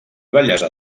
bellesa